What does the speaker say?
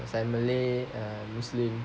because I'm malay uh I'm muslim